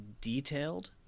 detailed